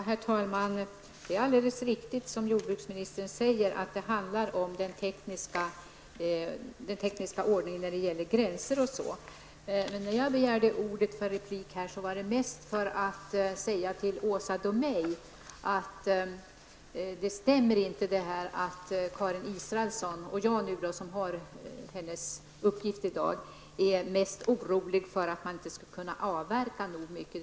Herr talman Det är alldeles riktigt som jordbruksministern säger, att det handlar om tekniska justeringar vad gäller gränser och annat. När jag begärde ordet för replik gjorde jag det närmast för att tala om för Åsa Domeij att det inte stämmer att Karin Israelsson och jag, som har påtagit mig hennes uppgift i dag, är mest oroliga för att man inte skall kunna avverka nog mycket.